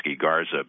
Garza